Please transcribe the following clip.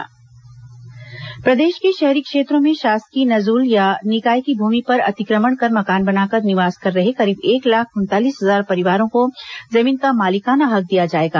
पटटा संशोधन विधेयक प्रदेश के शहरी क्षेत्रों में शासकीय नजूल या निकाय की भूमि पर अतिक्रमण कर मकान बनाकर निवास कर रहे करीब एक लाख उनतालीस हजार परिवारों को जमीन का मालिकाना हक दिया जाएगा